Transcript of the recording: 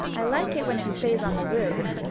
i like it when it stays on the roof,